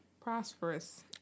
prosperous